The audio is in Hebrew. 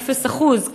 עם אפס אחוז,